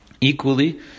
equally